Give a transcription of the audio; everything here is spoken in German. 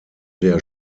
der